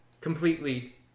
completely